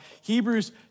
Hebrews